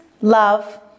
love